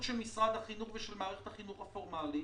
של משרד החינוך ושל מערכת החינוך הפורמלי.